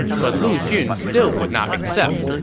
but lu xun still would not accept,